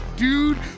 dude